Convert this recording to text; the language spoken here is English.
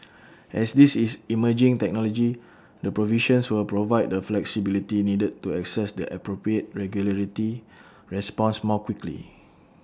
as this is emerging technology the provisions will provide the flexibility needed to assess the appropriate regulatory response more quickly